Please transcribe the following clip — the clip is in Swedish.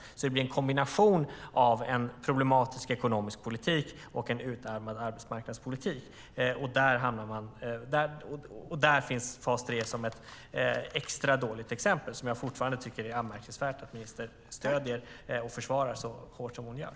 Det blir alltså en kombination av en problematiskt ekonomisk politik och en utarmad arbetsmarknadspolitik, och där finns fas 3 som ett exempel på en extra dålig åtgärd som jag fortfarande tycker att det är anmärkningsvärt att ministern stöder och försvarar så hårt som hon gör.